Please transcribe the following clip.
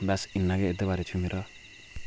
बस इ'न्ना गै ऐ एह्दे बारे च मेरा